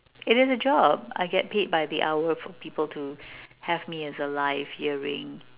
it is a job I get paid by the hour for people to have me as a live earring